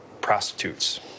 Prostitutes